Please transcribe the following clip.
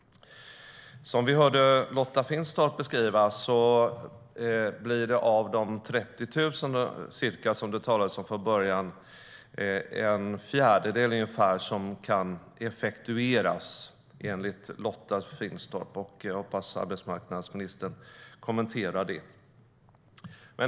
Som vi hörde Lotta Finstorp beskriva blir det av de ca 30 000, som det talades om från början, ungefär en fjärdedel som kan effektueras. Jag hoppas att arbetsmarknadsministern kommenterar detta.